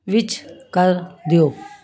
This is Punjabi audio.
ਵਿੱਚ ਕਰ ਦਿਓ